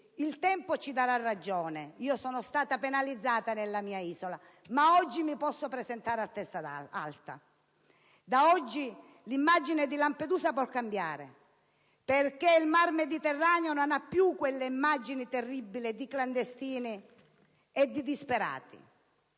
il tempo ci darà ragione. Io sono stata penalizzata nella mia isola, ma oggi mi posso presentare a testa alta. Da oggi l'immagine di Lampedusa può cambiare perché il mar Mediterraneo non presenta più quelle immagini terribili di clandestini e di disperati.